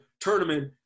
tournament